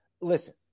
Listen